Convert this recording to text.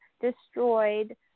destroyed